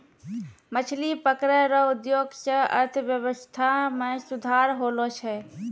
मछली पकड़ै रो उद्योग से अर्थव्यबस्था मे सुधार होलो छै